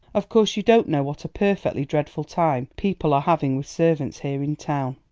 of course you don't know what a perfectly dreadful time people are having with servants here in town.